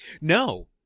No